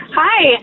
hi